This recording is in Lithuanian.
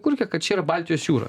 kurkia kad čia yra baltijos jūra